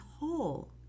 whole